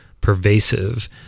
pervasive